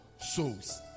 souls